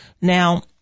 Now